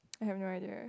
I have no idea